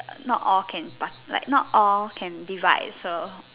not all can part like not all can divide so